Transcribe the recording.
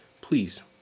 Please